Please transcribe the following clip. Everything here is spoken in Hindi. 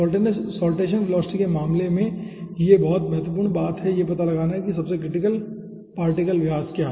तो साल्टेसन वेलोसिटी के मामले में बहुत महत्वपूर्ण बात यह पता लगाना है सबसे पहले क्रटिकल पार्टिकल व्यास